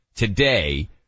Today